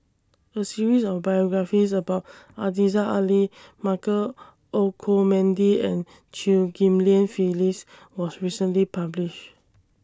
A series of biographies about Aziza Ali Michael Olcomendy and Chew Ghim Lian Phyllis was recently published